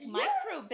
micro